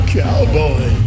cowboy